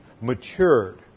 matured